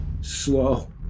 slow